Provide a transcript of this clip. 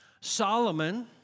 Solomon